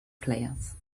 players